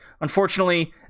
Unfortunately